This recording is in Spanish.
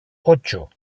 ocho